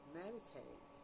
meditate